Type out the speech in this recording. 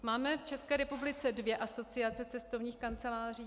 Máme v České republice dvě asociace cestovních kanceláří.